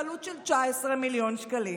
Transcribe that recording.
בעלות של 19 מיליון שקלים,